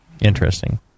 interesting